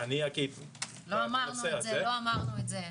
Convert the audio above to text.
לא אמרנו את זה.